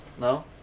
No